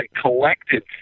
collected